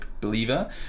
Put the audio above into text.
believer